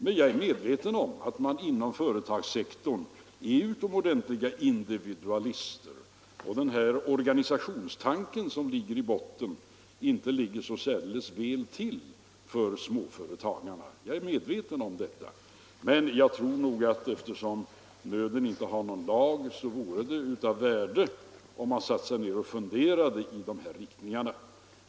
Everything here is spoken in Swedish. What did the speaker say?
Men jag är medveten om att man inom företagarsektorn är utomordentliga individualister och att den här organisationstanken, som finns i botten, inte ligger särdeles väl till för småföretagarna. Jag tror emellertid att eftersom nöden inte har någon lag vore det bättre om man satte sig ned och funderade i de här riktningarna.